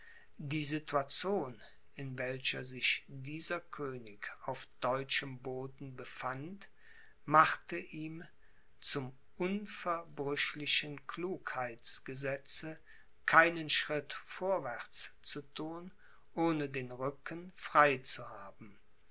die situation in welcher sich dieser könig auf deutschem boden befand machte ihm zum unverbrüchlichen klugheitsgesetze keinen schritt vorwärts zu thun ohne den rücken frei zu haben